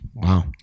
Wow